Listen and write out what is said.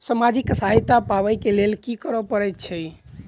सामाजिक सहायता पाबै केँ लेल की करऽ पड़तै छी?